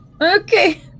Okay